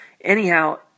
anyhow